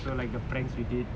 so like the pranks we did